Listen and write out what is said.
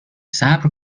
صبر